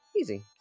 Easy